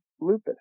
lupus